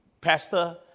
Pastor